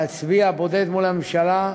להצביע בודד מול הממשלה,